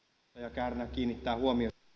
kärnä kiinnittää huomiota